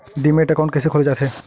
Demat account कइसे खोले जाथे?